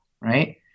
right